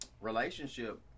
relationship